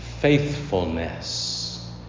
faithfulness